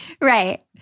Right